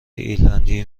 ایرلندی